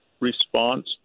response